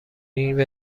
این